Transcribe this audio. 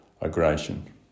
aggression